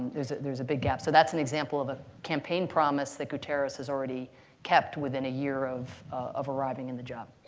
there's there's a big gap. so that's an example of a campaign promise that guterres has already kept within a year of of arriving in the job.